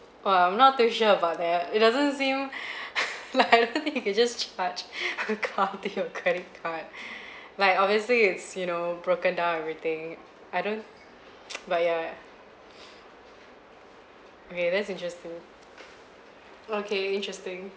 oh I'm not too sure about that it doesn't seem like I don't think you can just charge a car with your credit card like obviously it's you know broken down everything I don't but yeah okay that's interesting okay interesting